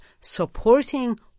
supporting